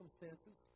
circumstances